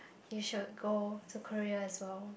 you should go to Korea as well